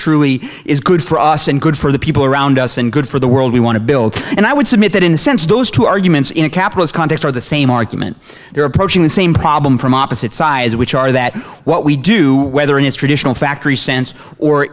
truly is good for us and good for the people around us and good for the world we want to build and i would submit that in the sense of those two arguments in a capitalist context are the same argument there approaching the same problem from opposite sides which are that what we do whether it is traditional factory sense or